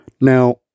Now